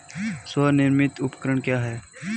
स्वनिर्मित उपकरण क्या है?